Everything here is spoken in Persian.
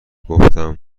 گفتم